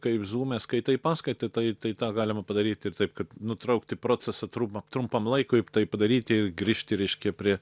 kai zūme skaitai paskaitą tai tą galima padaryti taip kad nutraukti procesą trum trumpam laikui tai padarytiir grįžti reiškia prie